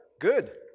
Good